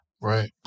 Right